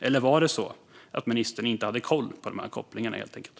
Eller var det så att ministern inte hade koll på kopplingarna helt enkelt?